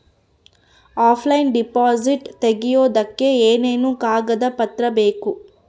Offline deposit ತೆಗಿಯೋದಕ್ಕೆ ಏನೇನು ಕಾಗದ ಪತ್ರ ಬೇಕು?